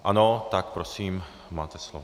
Ano, prosím, máte slovo.